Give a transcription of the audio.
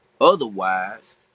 otherwise